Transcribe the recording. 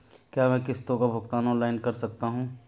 क्या मैं किश्तों का भुगतान ऑनलाइन कर सकता हूँ?